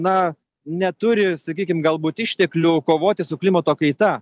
na neturi sakykim galbūt išteklių kovoti su klimato kaita